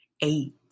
eight